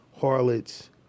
harlots